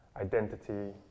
identity